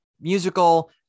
musical